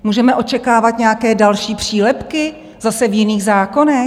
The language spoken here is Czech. Můžeme očekávat nějaké další přílepky zase v jiných zákonech?